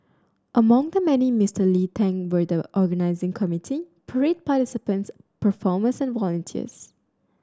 among the many Mister Lee thanked were the organising committee parade participants performers and volunteers